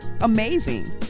Amazing